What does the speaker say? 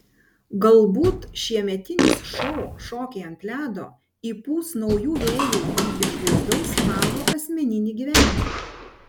galbūt šiemetinis šou šokiai ant ledo įpūs naujų vėjų į išvaizdaus mago asmeninį gyvenimą